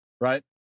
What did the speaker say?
right